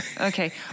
Okay